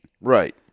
Right